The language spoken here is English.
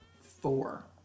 four